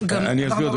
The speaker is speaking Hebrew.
אני אסביר.